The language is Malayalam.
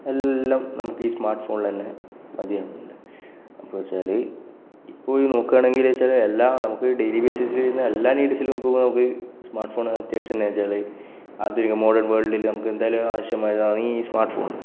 അതിനെല്ലാം നമുക്ക് ഈ സ്മാര്ട്ട് ഫോണിൽ തന്നെ മതിയാകുന്നുണ്ട് അപ്പോൾ എന്നു വെച്ചാൽ ഇപ്പോൾ ഈ നോക്കുകയാണെങ്കിൽ എന്നു വെച്ചാൽ എല്ലാ നമുക്ക് ഡെയിലി ബേസിസില് ചെയ്യുന്ന എല്ലാ നീഡ്സിലും ഇപ്പോൾ നമുക്ക് സ്മാര്ട്ട് ഫോണ് അത്യാവശ്യം എന്നുവെച്ചാൽ ആധുനിക മോഡേണ് വേള്ഡിൽ നമുക്കെന്തായാലും ആവശ്യമായതാണ് ഈ സ്മാര്ട്ട് ഫോണ്